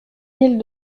mille